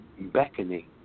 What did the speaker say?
beckoning